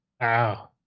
Wow